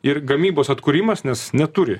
ir gamybos atkūrimas nes neturi